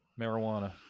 marijuana